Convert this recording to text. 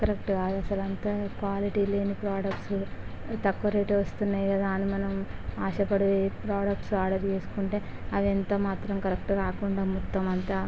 కరెక్టుగా అసలు అంతా క్వాలిటీ లేని ప్రోడక్ట్సు తక్కువ రేటుకి వస్తున్నాయి కదా అని మనం ఆశ పడి ఆర్డర్ చేసుకుంటే అవి ఎంత మాత్రం కరెక్ట్ రాకుండా మొత్తం అంతా